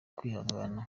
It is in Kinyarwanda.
kwihangana